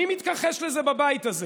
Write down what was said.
מי מתכחש לזה בבית הזה?